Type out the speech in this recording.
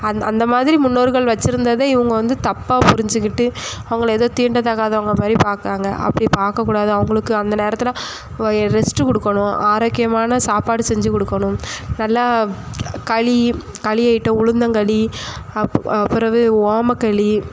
அந் அந்தமாதிரி முன்னோர்கள் வச்சுருந்தத இவங்க வந்து தப்பாக புரிஞ்சுக்கிட்டு அவங்கள எதோ தீண்டத்தகாதவங்க மாதிரி பார்க்கறாங்க அப்படி பார்க்கக்கூடாது அவங்களுக்கு அந்த நேரத்தில் வயிறு ரெஸ்ட்டு கொடுக்கணும் ஆரோக்கியமான சாப்பாடு செஞ்சு கொடுக்கணும் நல்லா களி களி ஐட்டம் உளுந்தங்களி அப் பிறவு ஓமக்களி